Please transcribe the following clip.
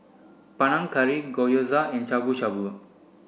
Panang Curry Gyoza and Shabu shabu